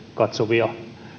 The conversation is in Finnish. katsovia